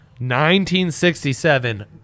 1967